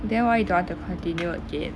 then why you don't want to continue again